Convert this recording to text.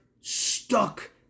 stuck